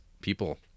people